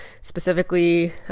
specifically